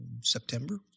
September